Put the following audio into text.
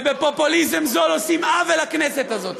ובפופוליזם זול עושים עוול לכנסת הזאת.